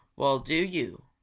well, do you?